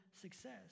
success